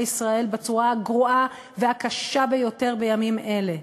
ישראל בצורה הגרועה והקשה ביותר בימים אלה.